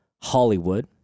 Hollywood